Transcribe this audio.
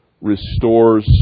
restores